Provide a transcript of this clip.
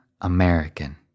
American